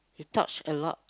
he taught a lot